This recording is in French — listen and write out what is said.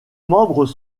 membres